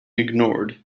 ignored